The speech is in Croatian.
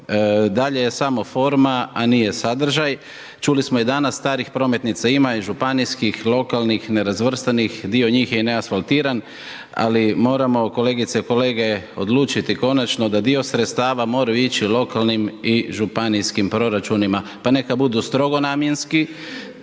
dalje je samo forma, a nije sadržaj. Čuli smo i danas, starih prometnica ima i županijskih, lokalnih, nerazvrstanih, dio njih je i neasfaltiran, ali moramo kolegice i kolege odlučiti konačno da dio sredstava moraju ići lokalnim i županijskim proračunima, pa neka budu strogo namjenski,